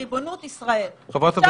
אני מבקש משפט